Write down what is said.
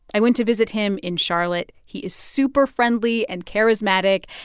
i went to visit him in charlotte. he is super friendly and charismatic,